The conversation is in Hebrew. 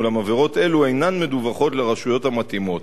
אולם עבירות אלו אינן מדווחות לרשויות המתאימות,